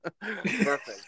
Perfect